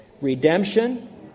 Redemption